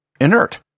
inert